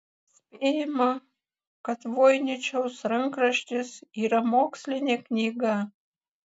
spėjama kad voiničiaus rankraštis yra mokslinė knyga